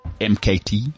MKT